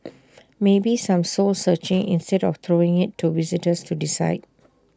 maybe some soul searching instead of throwing IT to visitors to decide